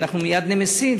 אנחנו מייד נמסים,